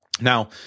Now